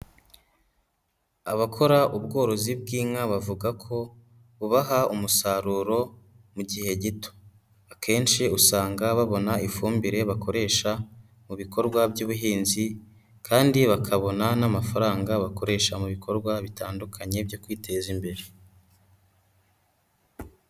Abakora ubworozi bw'inka bavuga ko bubaha umusaruro mu gihe gito. Akenshi usanga babona ifumbire bakoresha mu bikorwa by'ubuhinzi kandi bakabona n'amafaranga bakoresha mu bikorwa bitandukanye byo kwiteza imbere.